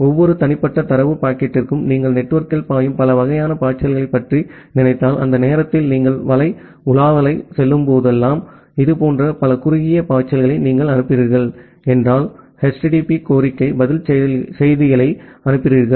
எனவே ஒவ்வொரு தனிப்பட்ட தரவு பாக்கெட்டிற்கும் நீங்கள் நெட்வொர்க்கில் பாயும் பல வகையான பாய்ச்சல்களைப் பற்றி நினைத்தால் அந்த நேரத்தில் நீங்கள் வலை உலாவலைச் செய்யும்போதெல்லாம் இதுபோன்ற பல குறுகிய பாய்ச்சல்களை நீங்கள் அனுப்புகிறீர்கள் என்றால் HTTP கோரிக்கை பதில் செய்திகளை அனுப்புகிறீர்கள்